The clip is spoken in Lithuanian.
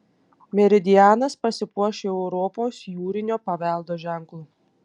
meridianas pasipuoš europos jūrinio paveldo ženklu